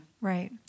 right